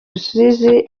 rusizi